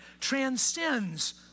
transcends